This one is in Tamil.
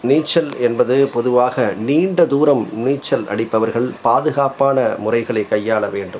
நீச்சல் என்பது பொதுவாக நீண்ட தூரம் நீச்சல் அடிப்பவர்கள் பாதுகாப்பான முறைகளைக் கையாள வேண்டும்